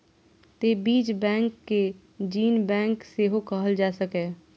तें बीज बैंक कें जीन बैंक सेहो कहल जा सकैए